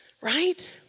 Right